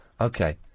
Okay